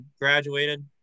graduated